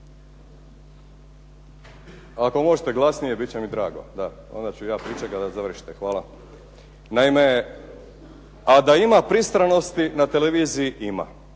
ako možete glasnije bit će mi drago. Da onda ću pričekati da završite. Hvala. Naime, a da ima pristranosti na televiziji, ima